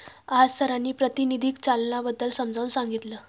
आज सरांनी प्रातिनिधिक चलनाबद्दल समजावून सांगितले